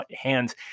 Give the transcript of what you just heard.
hands